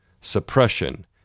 suppression